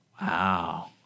Wow